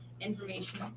information